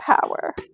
power